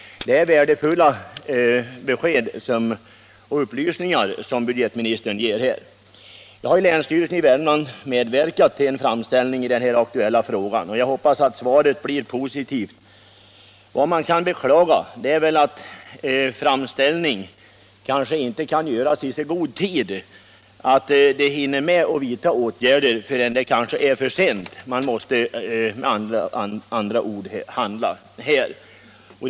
Det är värdefulla besked och upplysningar som budgetministern här lämnar. Jag har i länsstyrelsen i Värmland medverkat till en framställning i den aktuella frågan, och jag hoppas att svaret blir positivt. Vad man kan beklaga är att framställningen inte kunnat göras i så god tid att man hinner vidta åtgärder innan det kanske är för sent. Man måste med andra ord handla snabbt.